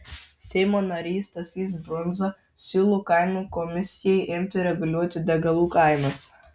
seimo narys stasys brundza siūlo kainų komisijai imti reguliuoti degalų kainas